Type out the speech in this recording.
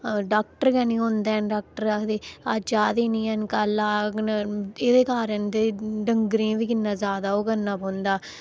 doctor गै निं होंदे हैन डाक्टर आखदे अज्ज आ दे निं हैन कल्ल आह्ङन एह्दे कारण ते डंगरें बी किन्ना जैदा ओह् करना पौंदा